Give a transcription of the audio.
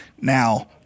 now